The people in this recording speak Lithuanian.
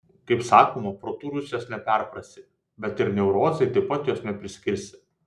kaip sakoma protu rusijos neperprasi bet ir neurozei taip pat jos nepriskirsi